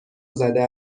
زده